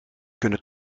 kunnen